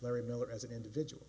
larry miller as an individual